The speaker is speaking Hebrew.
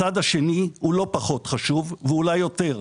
הצד השני הוא לא פחות חשוב ואולי יותר.